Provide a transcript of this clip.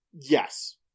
yes